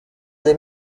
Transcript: des